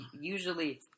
usually